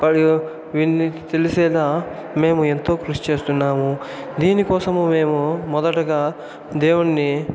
తెలిసిన మేము ఎంతో కృషి చేస్తున్నాము దీనికోసం మేము మొదటగా దేవునీ